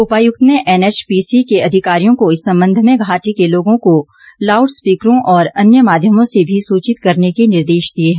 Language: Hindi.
उपायुक्त ने एनएचपीसी के अधिकारियों को इस संबंध में घाटी के लोगों को लाउड स्पीकरों और अन्य माध्यमों से भी सुचित करने के निर्देश दिए हैं